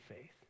faith